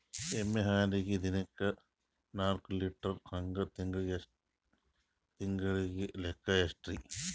ಎಮ್ಮಿ ಹಾಲಿಗಿ ದಿನಕ್ಕ ನಾಕ ಲೀಟರ್ ಹಂಗ ತಿಂಗಳ ಲೆಕ್ಕ ಹೇಳ್ರಿ?